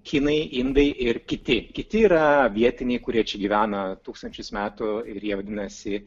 kinai indai ir kiti kiti yra vietiniai kurie čia gyvena tūkstančius metų ir jie vadinasi